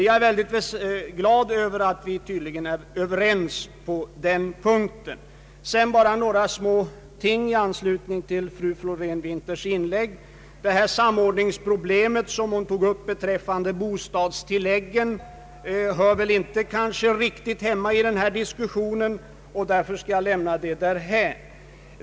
Jag är glad att vi tydligen är överens på den punkten. Jag vill sedan endast beröra några detaljer i anslutning till fru Florén Winthers inlägg. Samordningsproblemen beträffande bostadstillägget hör kanske inte riktigt hemma i denna diskussion, och därför skall jag lämna dem därhän.